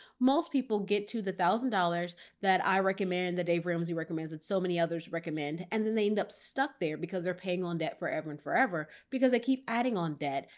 most people get to the thousand dollars that i recommend, that dave ramsey recommends, that so many others recommend and then they end up stuck there because they're paying on that forever and forever because they keep adding on debt,